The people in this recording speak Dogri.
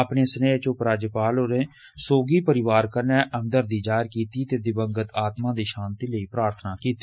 अपने सनेह च उपराज्यपाल होरें सौगी परोआर प्रति हमदर्दी जाहर कीती ते दिव्यंगत आत्मा दी शांति लेई प्रार्थना कीती